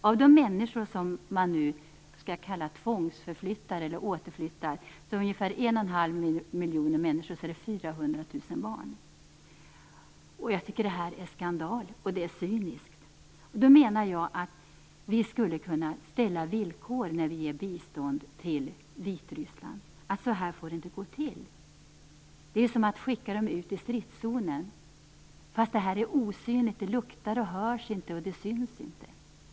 Av de människor som man nu så att säga tvångsförflyttar eller återflyttar - det är ungefär en och en halv miljoner människor Jag tycker att detta är en skandal. Det är cyniskt. Jag menar att vi skulle kunna ställa villkor när vi ger bistånd till Vitryssland. Så här får det inte gå till. Det är ju som att skicka människor ut i stridszoner, fast den här fienden är osynlig, inte luktar och inte hörs.